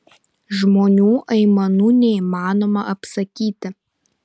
žmonių aimanų neįmanoma apsakyti